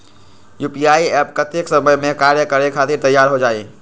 UPI app कतेइक समय मे कार्य करे खातीर तैयार हो जाई?